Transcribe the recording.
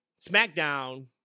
SmackDown